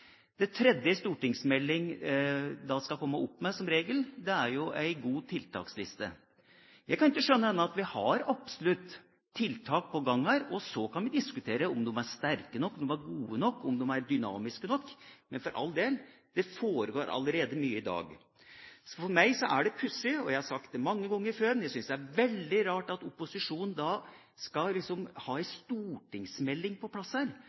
som regel kommer opp med, er en god tiltaksliste. Jeg kan ikke skjønne annet enn at vi absolutt har tiltak på gang her. Så kan vi diskutere om de er sterke nok, om de er gode nok, om de er dynamiske nok. Men for all del: Det foregår allerede mye i dag. Så for meg er dette pussig. Jeg har sagt mange ganger før at jeg syns det er veldig rart at opposisjonen skal ha en stortingsmelding på plass,